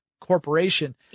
corporation